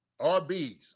RBs